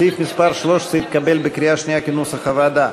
סעיף מס' 13 התקבל בקריאה שנייה כנוסח הוועדה.